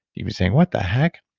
you'd be saying, what the heck?